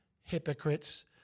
hypocrites